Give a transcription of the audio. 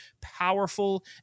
powerful